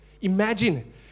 Imagine